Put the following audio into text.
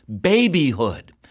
babyhood